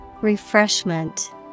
Refreshment